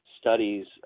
studies